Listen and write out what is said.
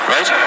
Right